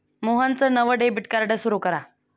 मोहनचं नवं debit card सुरू करा